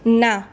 ના